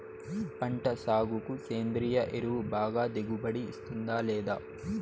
పంట సాగుకు సేంద్రియ ఎరువు బాగా దిగుబడి ఇస్తుందా లేదా